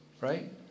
Right